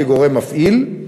כגורם מפעיל,